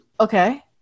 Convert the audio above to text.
Okay